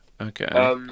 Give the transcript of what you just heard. Okay